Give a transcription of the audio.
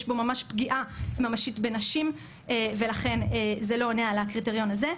יש פה ממש פגיעה ממשית בנשים ולכן זה לא עונה על הקריטריון הזה.